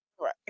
Right